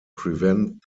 prevent